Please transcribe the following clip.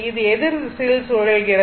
இது எதிர் திசையில் சுழல்கிறது